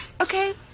Okay